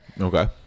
Okay